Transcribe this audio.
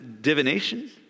divination